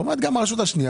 היא אומרת גם הרשות השנייה,